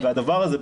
הדבר הזה,